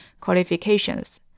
qualifications